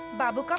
babu